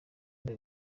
nde